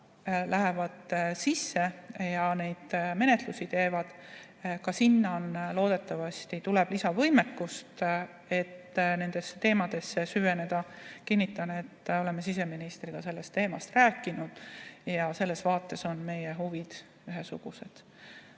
lähevad sisse ja neid menetlusi teevad – loodetavasti tuleb ka sinna lisavõimekust, et nendesse teemadesse süveneda. Kinnitan, et oleme siseministriga sel teemal rääkinud ja selles asjas on meie huvid ühesugused.